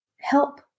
help